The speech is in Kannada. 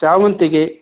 ಸೇವಂತಿಗೆ